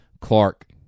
Clark